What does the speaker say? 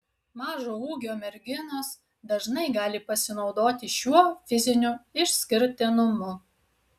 mažo ūgio merginos dažnai gali pasinaudoti šiuo fiziniu išskirtinumu